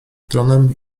tronem